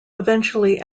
eventually